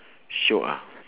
shiok ah